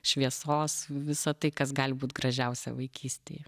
šviesos visa tai kas gali būt gražiausia vaikystėje